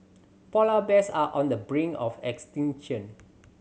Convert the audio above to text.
polar bears are on the brink of extinction